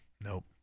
nope